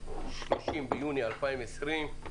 ה-30 ביוני 2020,